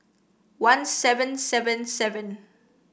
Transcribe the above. one seven seven seven